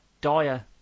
dire